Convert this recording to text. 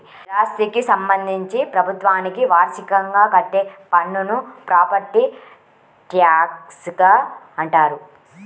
స్థిరాస్థికి సంబంధించి ప్రభుత్వానికి వార్షికంగా కట్టే పన్నును ప్రాపర్టీ ట్యాక్స్గా అంటారు